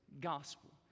gospel